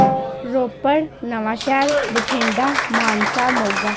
Ropar Nawanshahr Bathinda Mansa Moga